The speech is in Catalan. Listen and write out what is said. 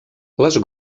les